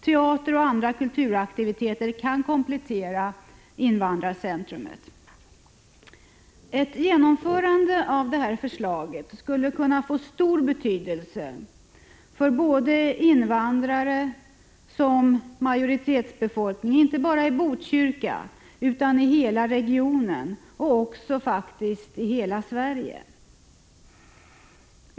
Teater och andra kulturaktiviteter kan komplettera invandrarcentrumet. Ett genomförande av detta förslag skulle kunna få stor betydelse för såväl invandrarna som majoritetsbefolkningen, inte bara i Botkyrka utan i hela 39 regionen och faktiskt också i hela Sverige.